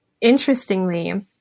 interestingly